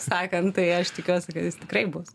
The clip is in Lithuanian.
sakant tai aš tikiuosi kad jis tikrai bus